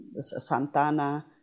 Santana